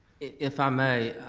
if i may,